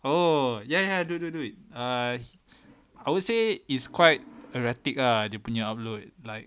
oh ya ya ya do it do it do it err I would say it's quite erratic ah dia punya upload like